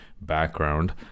background